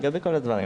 לגבי כל הדברים.